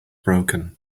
broken